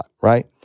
right